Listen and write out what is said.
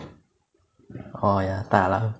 orh ya 大辣